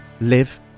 live